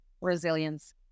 Resilience